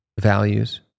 values